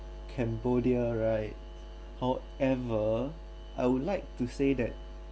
cambodia right however I would like to say that